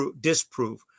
disprove